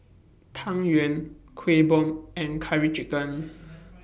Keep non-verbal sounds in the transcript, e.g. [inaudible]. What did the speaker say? Tang Yuen Kueh Bom and Curry Chicken [noise]